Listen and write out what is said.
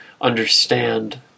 understand